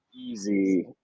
easy